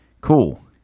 cool